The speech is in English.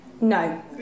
No